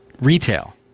retail